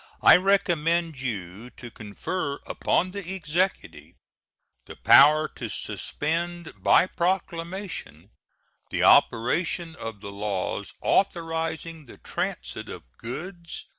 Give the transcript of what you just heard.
i recommend you to confer upon the executive the power to suspend by proclamation the operation of the laws authorizing the transit of goods,